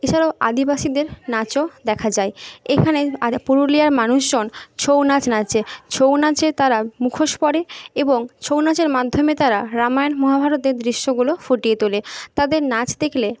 এছাড়াও আদিবাসীদের নাচও দেখা যায় এইখানে পুরুলিয়ার মানুষজন ছৌ নাচ নাচে ছৌ নাচে তারা মুখোশ পরে এবং ছৌ নাচের মাধ্যমে তারা রামায়ণ মহাভারতের দৃশ্যগুলো ফুটিয়ে তোলে তাদের নাচ দেখলে